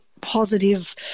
positive